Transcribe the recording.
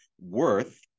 worth